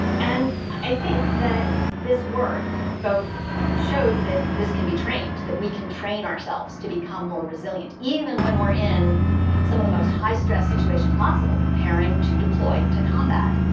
and i think that this work both shows that this can be trained, that we can train ourselves to become more resilient even when we're in some of the most high stress situations possible, preparing to deploy to combat.